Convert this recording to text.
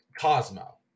cosmo